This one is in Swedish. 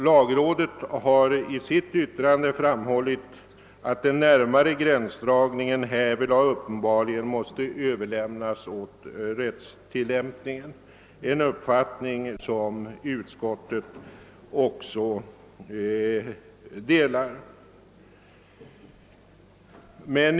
Lagrådet har i sitt yttrande framhållit att den närmare gränsdragningen härvidlag uppenbarligen måste överlämnas åt rättstilllämpningen, en uppfattning som utskottet delar.